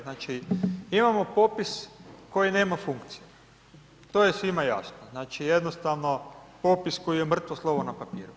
Znači imamo popis koji nema funkciju, to je svima jasno, znači jednostavno popis koji je mrtvo slovo na papiru.